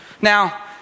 Now